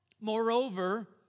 Moreover